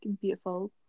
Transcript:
beautiful